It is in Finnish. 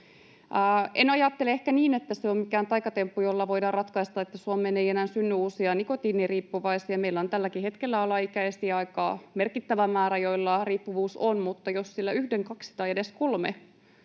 ajattele niin, että se olisi mikään taikatemppu, jolla voidaan ratkaista se, että Suomeen ei enää synny uusia nikotiiniriippuvaisia. Meillä on tälläkin hetkellä aika merkittävä määrä alaikäisiä, joilla riippuvuus on, mutta jos yhden, kaksi tai edes kolme